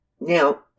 Now